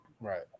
Right